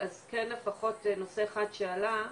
אז כן לפחות נושא אחד שעלה,